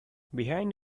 behind